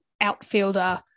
outfielder